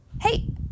Hey